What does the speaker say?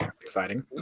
Exciting